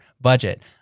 budget